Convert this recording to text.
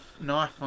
knife